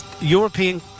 European